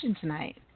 tonight